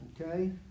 Okay